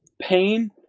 pain